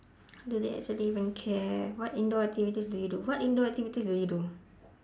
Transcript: do they actually even care what indoor activities do you do what indoor activities do you do